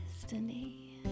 destiny